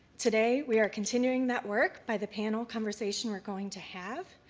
today, we are continuing that work by the panel conversation we are going to have,